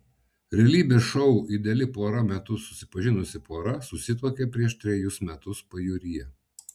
realybės šou ideali pora metu susipažinusi pora susituokė prieš trejus metus pajūryje